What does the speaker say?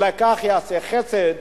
אולי כך יעשה חסד